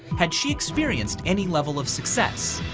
had she experienced any level of success?